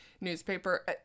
newspaper